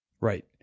Right